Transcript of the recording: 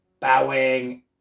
Bowing